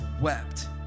wept